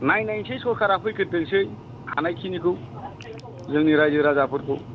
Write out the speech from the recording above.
नायनोसै सरकारा फैग्रोथोंसै हानायखिनिखौ जोंनि रायजो राजाफोरखौ